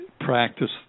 practice